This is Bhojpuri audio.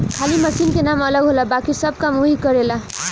खाली मशीन के नाम अलग होला बाकिर सब काम ओहीग करेला